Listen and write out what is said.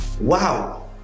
wow